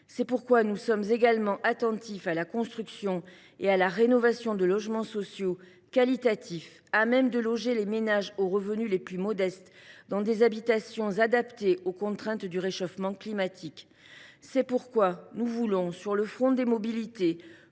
C’est pourquoi nous sommes également attentifs à la construction et à la rénovation de logements sociaux de qualité, ce qui permettrait de loger les ménages aux revenus les plus modestes dans des habitations adaptées aux contraintes du réchauffement climatique. C’est aussi pourquoi nous voulons, sur le front des mobilités,